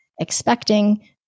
expecting